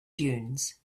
dunes